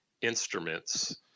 instruments